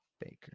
Baker